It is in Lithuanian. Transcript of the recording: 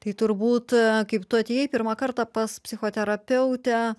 tai turbūt kaip tu atėjai pirmą kartą pas psichoterapeutę